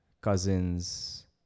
cousin's